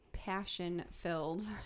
passion-filled